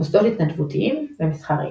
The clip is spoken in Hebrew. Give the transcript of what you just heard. מוסדות התנדבותיים ומסחריים.